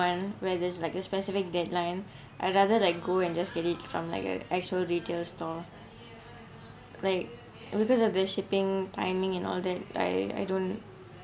when where there's like a specific deadline I rather that go and just get it from like a actual retail store like because of the shipping timing and all that I I don't